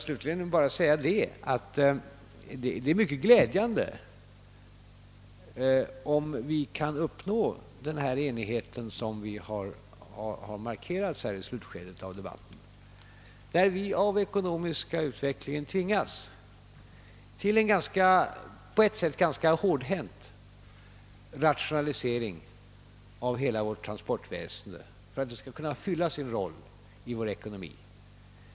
Slutligen vill jag bara säga, att det är mycket glädjande att vi — såsom det synes framgå av slutskedet av denna debatt — lyckats uppnå enighet om att den ekonomiska utvecklingen tvingar oss till en på ett sätt ganska hårdhänt rationalisering av hela vårt transportväsen för att det skall kunna fylla sin funktion i vår ekonomi.